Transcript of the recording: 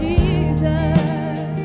Jesus